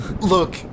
Look